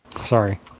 Sorry